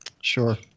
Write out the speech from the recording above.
Sure